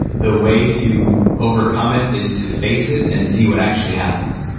the way to overcome it is to face it and see what actually happens.